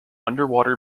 underwater